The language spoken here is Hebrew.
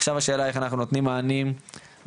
עכשיו השאלה איך אנחנו נותנים מענים מנטליים,